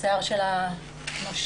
שהשיער שלה נושר.